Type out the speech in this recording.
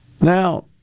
Now